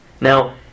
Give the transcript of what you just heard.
Now